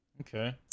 okay